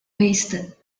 wasted